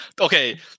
Okay